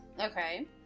Okay